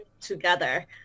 together